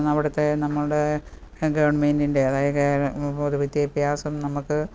അവിടുത്തെ നമ്മളുടെ ഗവൺമെൻ്റിൻ്റെ അതായത് പൊതുവിദ്യാഭ്യാസം നമുക്ക്